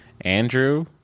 Andrew